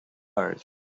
ard